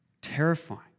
terrifying